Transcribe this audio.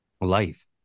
life